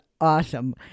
awesome